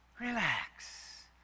relax